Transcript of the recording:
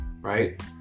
right